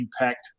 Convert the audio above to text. impact